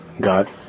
God